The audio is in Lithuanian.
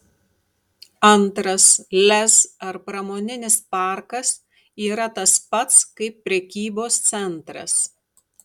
antras lez ar pramoninis parkas yra tas pats kaip prekybos centras